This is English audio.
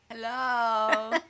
hello